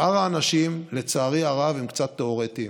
שאר האנשים, לצערי הרב, הם קצת תיאורטיים.